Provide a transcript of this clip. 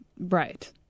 right